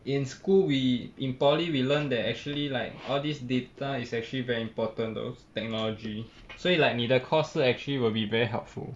in school we in polytechnic we learn that actually like all these data is actually very important to those technology 所以 like 你的 course 是 actually will be very helpful